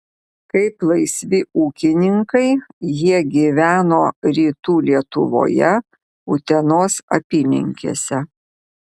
kaip laisvi ūkininkai jie gyveno rytų lietuvoje utenos apylinkėse